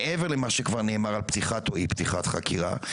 מעבר למה שכבר נאמר על פתיחת או אי פתיחת חקירה,